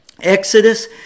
Exodus